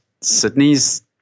Sydney's